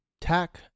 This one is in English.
TAC